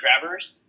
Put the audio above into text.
grabbers